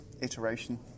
iteration